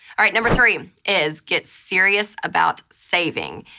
all right, number three is get serious about saving.